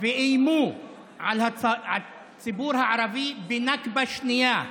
איימו על הציבור הערבי בנכבה שנייה.